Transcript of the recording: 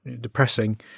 depressing